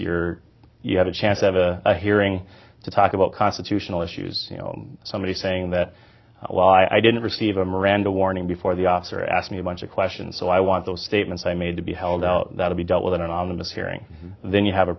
your you had a chance to have a hearing to talk about constitutional issues you know somebody saying that why i didn't receive a miranda warning before the officer asked me a bunch of questions so i want those statements i made to be held out to be dealt with an anonymous hearing then you have a